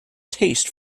taste